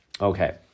Okay